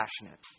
passionate